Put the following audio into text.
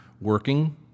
working